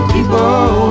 People